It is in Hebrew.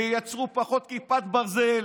ייצרו פחות כיפת ברזל,